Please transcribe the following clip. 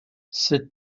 cette